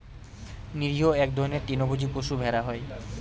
নিরীহ এক ধরনের তৃণভোজী পশু ভেড়া হয়